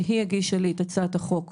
שהיא הגישה לי את הצעת החוק,